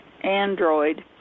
Android